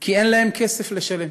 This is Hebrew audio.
כי אין להם כסף לשלם.